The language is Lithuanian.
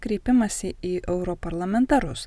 kreipimąsi į europarlamentarus